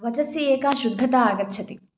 वचसि एका शुद्धता आगच्छति